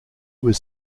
was